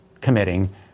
committing